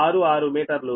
0866 మీటర్లు